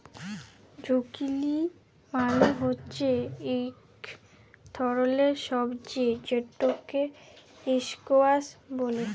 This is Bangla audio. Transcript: জুকিলি মালে হচ্যে ইক ধরলের সবজি যেটকে ইসকোয়াস ব্যলে